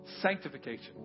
sanctification